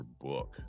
book